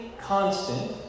constant